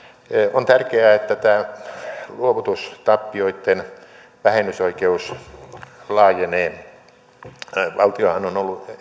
on tärkeää että tämä luovutustappioitten vähennysoikeus laajenee valtiohan on ollut